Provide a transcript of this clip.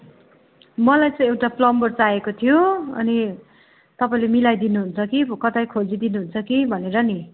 मलाई चाहिँ एउटा प्लम्बर चाहिएको थियो अनि तपाईँले मिलाइदिनुहुन्छ कि कतै खोजिदिनुहुन्छ कि भनेर नि